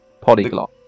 Polyglot